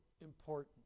important